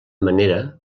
manera